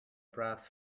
brass